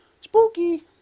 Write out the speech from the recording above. Spooky